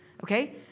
okay